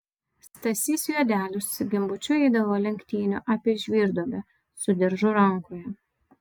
stasys juodelis su gimbučiu eidavo lenktynių apie žvyrduobę su diržu rankoje